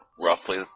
roughly